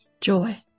Joy